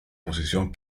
posición